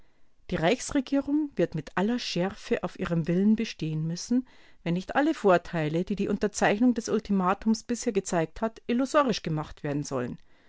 die reichsregierung wird mit aller schärfe auf ihrem willen bestehen müssen wenn nicht alle vorteile die die unterzeichnung des ultimatums bisher gezeigt hat illusorisch gemacht werden sollen